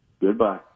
Goodbye